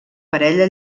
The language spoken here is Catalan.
parella